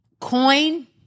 coin